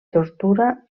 tortura